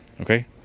Okay